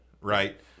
Right